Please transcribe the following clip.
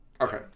Okay